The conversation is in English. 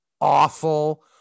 awful